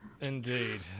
Indeed